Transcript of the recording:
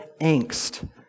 angst